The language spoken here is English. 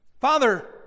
Father